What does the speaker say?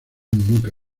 nunca